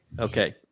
Okay